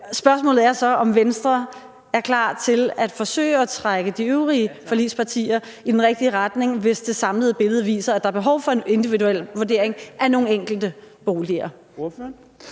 Spørgsmålet er så er, om Venstre er klar til at forsøge at trække de øvrige forligspartier i den rigtige retning, hvis det samlede billede viser, at der er behov for en individuel vurdering af nogle enkelte boliger.